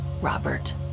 Robert